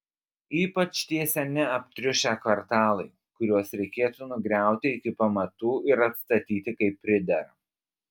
ypač tie seni aptriušę kvartalai kuriuos reikėtų nugriauti iki pamatų ir atstatyti kaip pridera